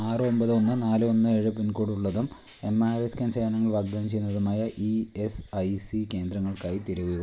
ആറ് ഒമ്പത് ഒന്ന് നാല് ഒന്ന് ഏഴ് പിൻകോഡ് ഉള്ളതും എം ആർ ഐ സ്കാൻ സേവനങ്ങൾ വാഗ്ദാനം ചെയ്യുന്നതുമായ ഇ എസ് ഐ സി കേന്ദ്രങ്ങൾക്കായി തിരയൂ